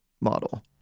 model